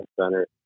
center